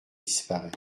disparaît